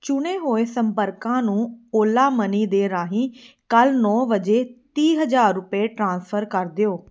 ਚੁਣੇ ਹੋਏ ਸੰਪਰਕਾਂ ਨੂੰ ਓਲਾ ਮਨੀ ਦੇ ਰਾਹੀਂ ਕੱਲ੍ਹ ਨੌ ਵਜੇ ਤੀਹ ਹਜ਼ਾਰ ਰੁਪਏ ਟ੍ਰਾਂਸਫਰ ਕਰ ਦਿਓ